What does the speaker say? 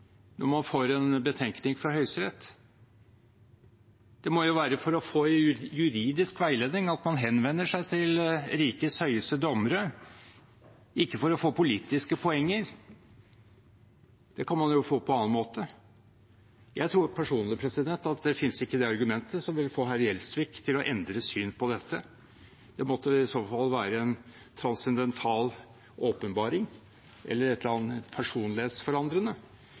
når man får en betenkning fra Høyesterett? Det må jo være for å få en juridisk veiledning at man henvender seg til rikets høyeste dommere, ikke for å få politiske poenger. Det kan man jo få på annen måte. Jeg tror personlig at det finnes ikke det argument som vil få hr. Gjelsvik til å endre syn på dette. Det måtte i så fall være en transcendental åpenbaring eller et eller annet personlighetsforandrende.